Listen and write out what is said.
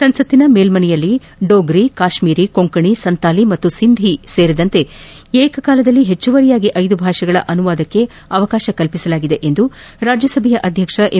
ಸಂಸತ್ತಿನ ಮೇಲ್ಲನೆಯಲ್ಲಿ ದೋಗ್ರಿ ಕಾಶ್ನೀರಿ ಕೊಂಕಣಿ ಸಂತಾಲಿ ಮತ್ತು ಸಿಂಧಿ ಸೇರಿ ಏಕಕಾಲಕ್ಕೆ ಹೆಚ್ಚುವರಿಯಾಗಿ ಐದು ಭಾಷೆಗಳ ಅನುವಾದಕ್ಕೆ ಅವಕಾಶ ಕಲ್ಪಿಸಲಾಗಿದೆ ಎಂದು ರಾಜ್ಯಸಭೆಯ ಅಧ್ವಕ್ಷ ಎಂ